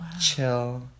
chill